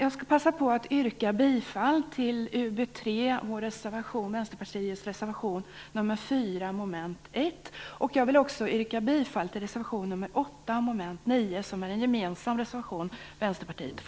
Jag skall passa på att yrka bifall till Vänsterpartiets reservation i UbU3, reservation nr 4 mom. 1. Jag vill också yrka bifall till reservation nr 8 mom. 9 som är en gemensam reservation från Vänsterpartiet och